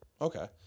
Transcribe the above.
Okay